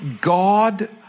God